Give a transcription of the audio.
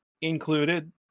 included